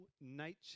nature